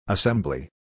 Assembly